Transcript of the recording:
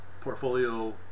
portfolio